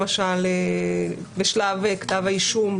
למשל בשלב כתה האישום,